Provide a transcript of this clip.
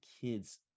kids